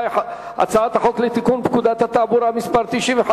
שני מתנגדים.